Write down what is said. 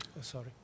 sorry